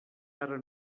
ara